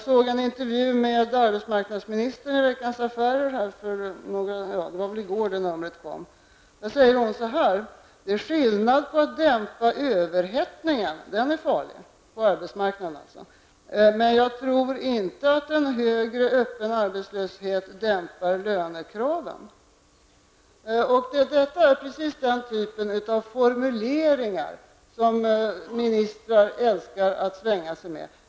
I en intervju införd i Veckans affärer från i förrgår säger arbetsmarknadsministern så här: ''Det är skillnad på att dämpa överhettningen -- den är farlig -- men jag tror inte att en högre arbetslöshet dämpar lönekraven.'' Det är precis den typen av formuleringar som ministrar älskar att svänga sig med.